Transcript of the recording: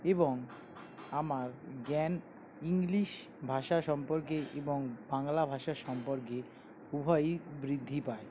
এবং আমার জ্ঞান ইংলিশ ভাষা সম্পর্কে এবং বাংলা ভাষা সম্পর্কে উভয়ই বৃদ্ধি পায়